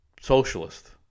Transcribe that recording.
socialist